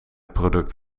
product